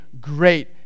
great